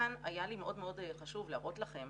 כאן היה לי מאוד מאוד חשוב להראות לכם